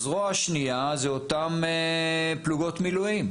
הזרוע השנייה זה אותן פלוגות מילואים.